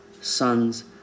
sons